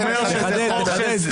תחדד.